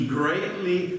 greatly